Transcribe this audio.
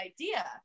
idea